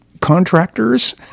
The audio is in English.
contractors